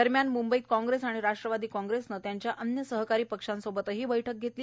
दरम्यान मुंबईत कांग्रेस आणि राष्ट्रवादी कांग्रेसनं त्यांच्या अन्य सहकारी पक्षांसोबतही बैठक घेतली